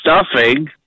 stuffing